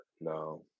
No